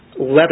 leather